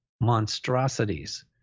monstrosities